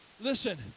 Listen